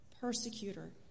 persecutor